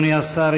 אדוני השר,